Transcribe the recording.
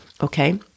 Okay